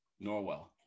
Norwell